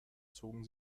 zogen